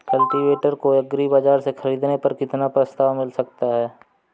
Cultivator को agri बाजार से ख़रीदने पर कितना प्रस्ताव मिल सकता है?